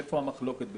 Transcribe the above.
איפה המחלוקת בינינו,